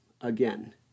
again